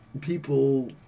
people